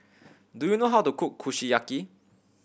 do you know how to cook Kushiyaki